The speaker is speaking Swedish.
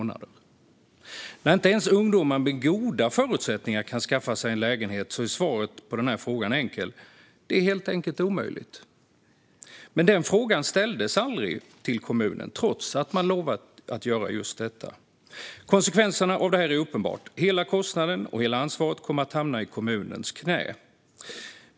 När inte ens ungdomar med goda förutsättningar kan skaffa sig en lägenhet är svaret på den frågan enkel. Det är helt enkelt omöjligt. Men den frågan ställdes aldrig till kommunen trots att man lovat att göra just detta. Konsekvenserna av det är uppenbara. Hela kostnaden och hela ansvaret kommer att hamna i kommunens knä.